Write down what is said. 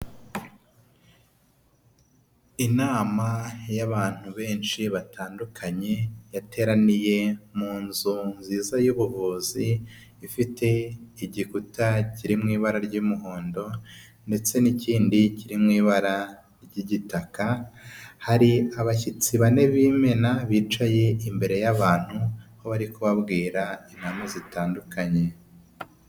Inama y'abantu benshi batandukanye yateraniye mu nzu nziza y'ubuvuzi ifite igikuta kiri mu ibara ry'umuhondo ndetse n'ikind kiri mu ibara ry'igitaka, hari abashyitsi bane b'imena bicaye imbere y'abantu aho bari kubabwira inama zitandukanye.